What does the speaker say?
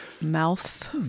mouth